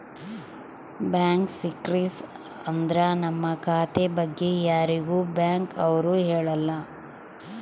bank secrecy ಅಂದ್ರ ನಮ್ ಖಾತೆ ಬಗ್ಗೆ ಯಾರಿಗೂ ಬ್ಯಾಂಕ್ ಅವ್ರು ಹೇಳಲ್ಲ